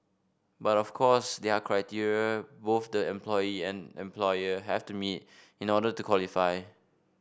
but of course they are criteria both the employee and employer have to meet in order to qualify